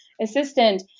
assistant